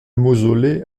mausolée